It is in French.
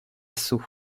sceaux